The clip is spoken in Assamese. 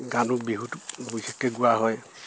গানো বিহুত বিশেষকে গোৱা হয়